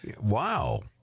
wow